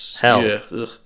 Hell